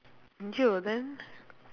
then